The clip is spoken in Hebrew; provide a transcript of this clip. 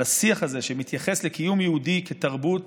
על השיח הזה שמתייחס לקיום יהודי כתרבות